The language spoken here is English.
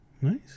Nice